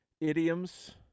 idioms